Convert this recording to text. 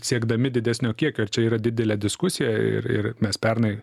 siekdami didesnio kiekio ir čia yra didelė diskusija ir ir mes pernai